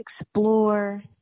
explore